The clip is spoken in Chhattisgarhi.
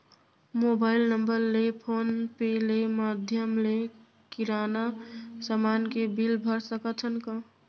मोबाइल नम्बर ले फोन पे ले माधयम ले किराना समान के बिल भर सकथव का?